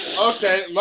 Okay